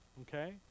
Okay